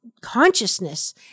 consciousness